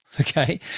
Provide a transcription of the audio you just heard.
okay